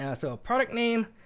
yeah so product name,